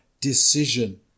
decision